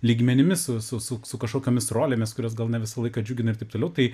lygmenimis su su su su kažkokiomis rolėmis kurios gal ne visą laiką džiugina ir taip toliau tai